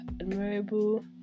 admirable